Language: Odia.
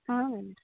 ହଁ ହଁ